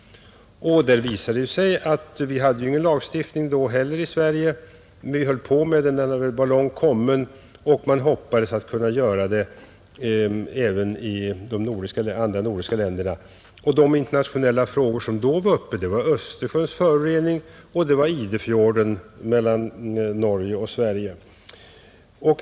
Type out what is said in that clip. Där visade det sig att då hade vi ingen lagstiftning i Sverige heller. Vi höll på med den och den var långt kommen och man hoppades kunna åstadkomma en även i de andra nordiska länderna, De internationella frågor som då var uppe var föroreningen av Östersjön och av Idefjorden mellan Norge och Sverige.